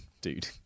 Dude